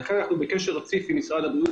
ולכן אנחנו בקשר רציף עם משרד הבריאות,